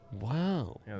wow